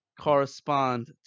correspond